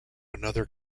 another